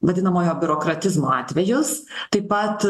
vadinamojo biurokratizmo atvejus taip pat